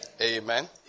Amen